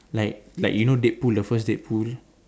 like like you know Deadpool the first Deadpool